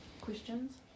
Questions